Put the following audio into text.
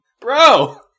Bro